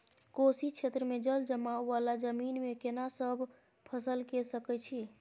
कोशी क्षेत्र मे जलजमाव वाला जमीन मे केना सब फसल के सकय छी?